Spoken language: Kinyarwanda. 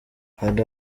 hari